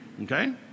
okay